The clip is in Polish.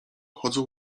chodzą